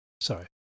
Sorry